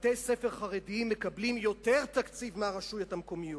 בתי-ספר חרדיים מקבלים יותר תקציב מהרשויות המקומיות.